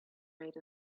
made